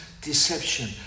deception